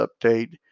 update